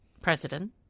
president